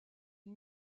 une